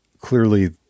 clearly